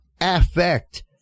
affect